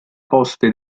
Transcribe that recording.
coste